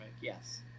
yes